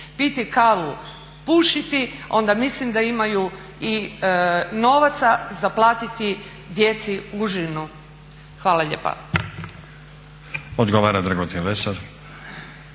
piti kavu, pušiti onda mislim da imaju i novaca za platiti djeci užinu. Hvala lijepa. **Stazić, Nenad